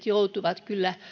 joutuvat kyllä